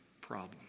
problem